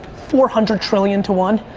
four hundred trillion to one,